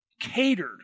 catered